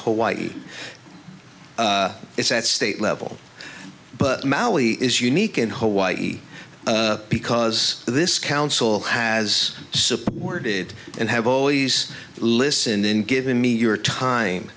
hawaii it's at state level but maui is unique in hawaii because this council has supported and have always listened in giving me your time